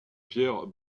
pierres